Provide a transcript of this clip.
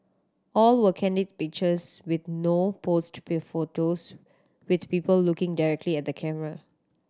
all were candid pictures with no posed photos with people looking directly at the camera